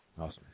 Awesome